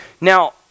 Now